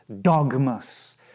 dogmas